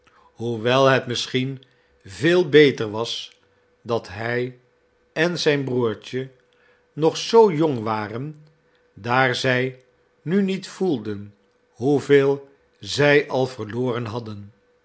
hoewel het misschien veel beter was dat hij en zijn broertje nog zoo jong waren daar zij nu niet voelden hoeveel zij al verloren hadden